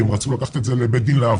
כי הם רצו לקחת את זה לבית דין לעבודה,